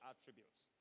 attributes